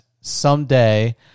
someday